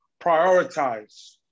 prioritize